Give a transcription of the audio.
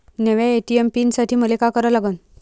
नव्या ATM pin साठी मले का करा लागन?